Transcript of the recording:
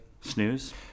snooze